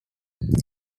music